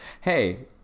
Hey